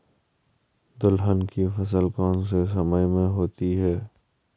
दलहन की फसल कौन से समय में होती है?